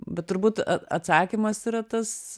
bet turbūt a atsakymas yra tas